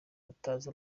batazi